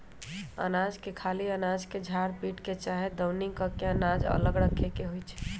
अनाज के खाली अनाज के झार पीट के चाहे दउनी क के अनाज अलग करे के होइ छइ